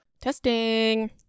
testing